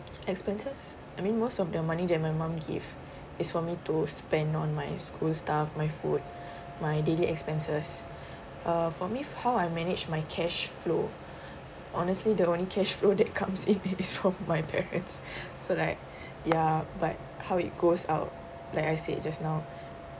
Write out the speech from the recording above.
expenses I mean most of the money that my mum give is for me to spend on my school stuff my food my daily expenses uh for me how I manage my cash flow honestly the only cash flow that comes in it is from my parents so like ya but how it goes out like I said just now